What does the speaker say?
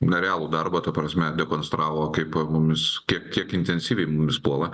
nerealų darbą ta prasme dekonstravo kaip mumis kiek intensyviai mumis puola